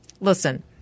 listen